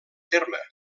terme